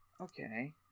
Okay